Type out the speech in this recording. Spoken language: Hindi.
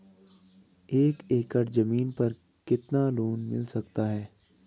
एक एकड़ जमीन पर कितना लोन मिल सकता है?